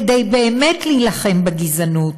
כדי באמת להילחם בגזענות